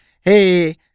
hey